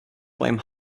flame